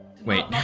Wait